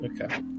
Okay